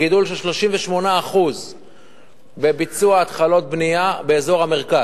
גידול של 38% בביצוע התחלות בנייה באזור המרכז.